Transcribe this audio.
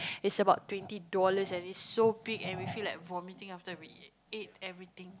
it's about twenty dollars and it's so big and we feel like vomitting after we ate everything